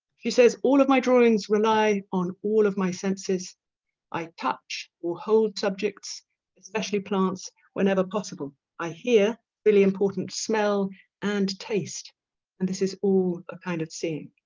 she says all of my drawings rely on all of my senses i touch or hold subjects especially plants whenever possible i hear really important smell and taste and this is all a kind of seeing